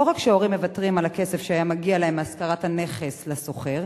לא רק שהורים מוותרים על הכסף שהיה מגיע להם מהשכרת הנכס לשוכר,